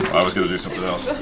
i was going to do something else.